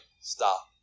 Stop